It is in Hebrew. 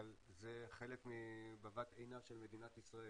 אבל זה חלק מבבת עינה של מדינת ישראל.